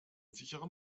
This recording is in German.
sicheren